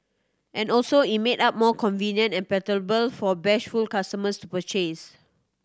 and also it made up more convenient and palatable for bashful customers to purchase